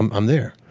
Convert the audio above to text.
i'm i'm there.